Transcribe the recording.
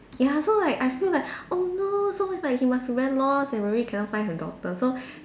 ya so like I feel like oh no so he like must be very lost and maybe cannot find her daughter so